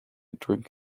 drink